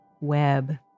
web